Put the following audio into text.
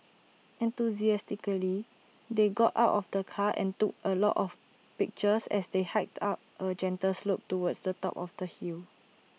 enthusiastically they got out of the car and took A lot of pictures as they hiked up A gentle slope towards the top of the hill